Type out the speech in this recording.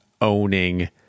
owning